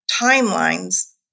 timelines